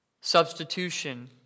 substitution